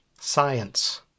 Science